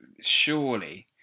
surely